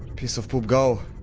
piece of poop go!